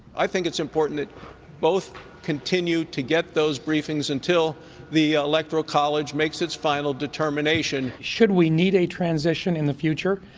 i think it's important both continue to get those briefings until the electoral clem makes its final determination. should we need a transition in the future?